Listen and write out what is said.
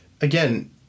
again